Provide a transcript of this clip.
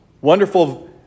wonderful